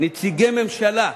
נציגי מממשלה,